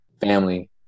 family